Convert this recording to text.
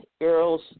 girls